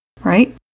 right